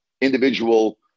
individual